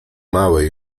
mały